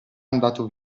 andato